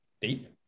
deep